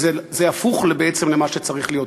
ובעצם זה הפוך ממה שצריך להיות: